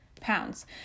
pounds